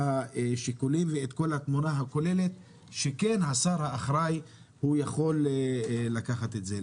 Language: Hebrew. השיקולים ואת כל התמונה הכוללת בשעה שהשר האחראי כן יכול לקחת את זה.